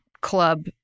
club